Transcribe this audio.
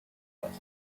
test